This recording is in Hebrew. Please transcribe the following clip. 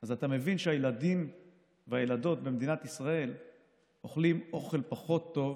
אז אתה מבין שהילדים והילדות במדינת ישראל אוכלים אוכל פחות טוב,